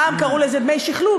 פעם קראו לזה דמי שכלול,